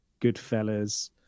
Goodfellas